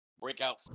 breakout